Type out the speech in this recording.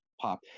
pop